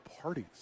parties